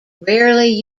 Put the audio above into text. rarely